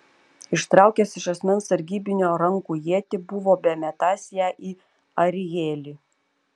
ištraukęs iš asmens sargybinio rankų ietį buvo bemetąs ją į arielį